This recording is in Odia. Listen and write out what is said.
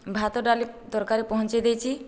ଭାତ ଡାଲି ତରକାରୀ ପହଞ୍ଚାଇ ଦେଇଛି